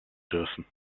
dürfen